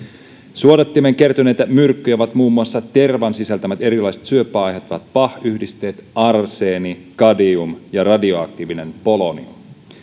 suodattimeen kertyneitä myrkkyjä ovat muun muassa tervan sisältämät erilaiset syöpää aiheuttavat pah yhdisteet arseeni kadmium ja radioaktiivinen polonium